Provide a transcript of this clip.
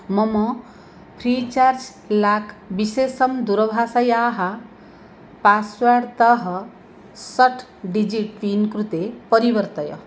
मम Freecharge lock विशेषं दूरभाषायाः पास्वर्ड् तः षट् ड्जिट् पिन् कृते परिवर्तय